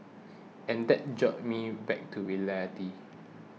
and that jolted me back to reality